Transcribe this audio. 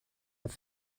have